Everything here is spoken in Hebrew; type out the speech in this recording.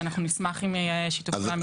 ואנחנו נשמח לשיתוף פעולה מכל משרדי הממשלה.